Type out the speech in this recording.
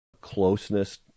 closeness